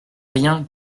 rien